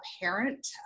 parent